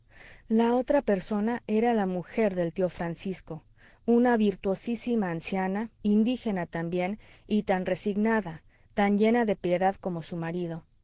la otra persona era la mujer del tío francisco una virtuosísima anciana indígena también y tan resignada tan llena de piedad como su marido